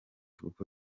kuko